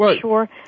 sure